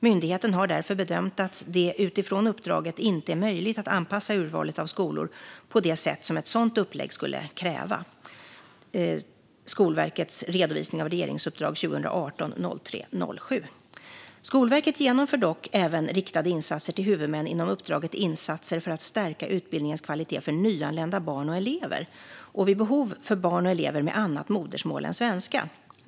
Myndigheten har därför bedömt att det utifrån uppdraget inte är möjligt att anpassa urvalet av skolor på det sätt som ett sådant upplägg skulle kräva. Skolverket genomför dock även riktade insatser till huvudmän inom uppdraget Insatser för att stärka utbildningens kvalitet för nyanlända barn och elever och vid behov för barn och elever med annat modersmål än svenska.